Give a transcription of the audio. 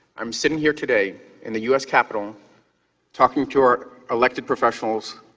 i'm sitting here today in the u s. capital talking to our elected professionals,